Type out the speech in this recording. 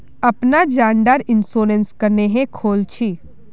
अपना जान डार इंश्योरेंस क्नेहे खोल छी?